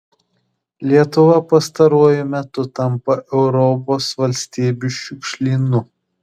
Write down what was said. lietuva pastaruoju metu tampa europos valstybių šiukšlynu